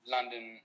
London